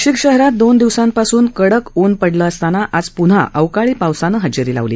नाशिक शहरात दोन दिवसांपासून कडक ऊन पडले असताना आज पून्हा अवकाळी पावसाने हजेरी लावली